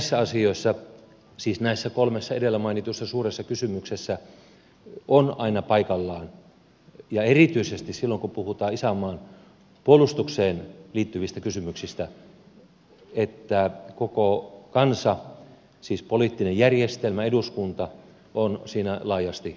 näissä asioissa siis näissä kolmessa edellä mainitussa suuressa kysymyksessä on aina paikallaan ja erityisesti silloin kun puhutaan isänmaan puolustuk seen liittyvistä kysymyksistä että koko kansa siis poliittinen järjestelmä eduskunta on siinä laajasti mukana